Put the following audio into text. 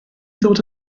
ddod